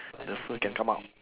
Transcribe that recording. the fur can come out